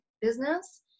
business